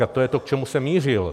A to je to, k čemu jsem mířil.